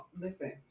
listen